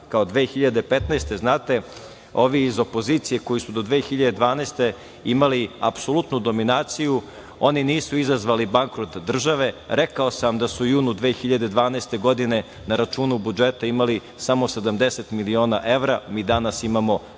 godine, znate, ovi iz opozicije koji su do 2012. godine imali apsolutnu dominaciju, oni nisu izazvali bankrot države. Rekao sam da su u junu 2012. godine na računu budžeta imali samo 70 miliona evra, mi danas imamo